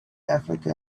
africa